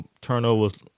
Turnovers